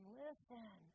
listen